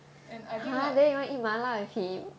and I think like